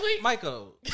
Michael